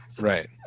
right